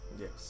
Yes